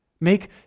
Make